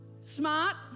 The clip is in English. smart